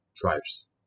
tribes